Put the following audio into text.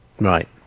Right